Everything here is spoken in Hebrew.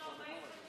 דיון של 40 חתימות.